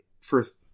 first